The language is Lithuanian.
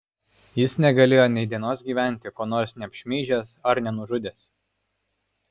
jis negalėjo nei dienos gyventi ko nors neapšmeižęs ar nenužudęs